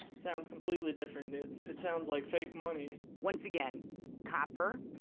sounds completely different, dude. it sounds like fake money once again copper